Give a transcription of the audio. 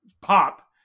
pop